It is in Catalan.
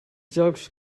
jocs